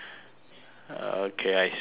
uh okay I see